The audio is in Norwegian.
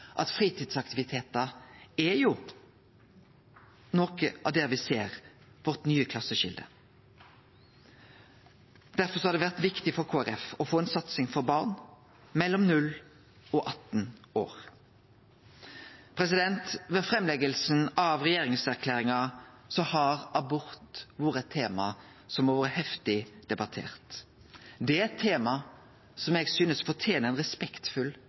at fritidsaktivitetar er ein av stadene der me ser vårt nye klasseskilje. Derfor har det vore viktig for Kristeleg Folkeparti å få ei satsing for barn mellom 0 og 18 år. Ved framlegginga av regjeringserklæringa har abort vore eit tema som har vore heftig debattert. Det er eit tema som eg synest fortener ein respektfull